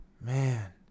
Man